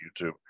YouTube